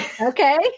Okay